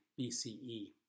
BCE